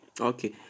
Okay